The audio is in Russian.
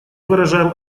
выражаем